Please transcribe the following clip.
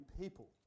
people